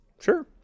Sure